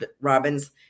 Robin's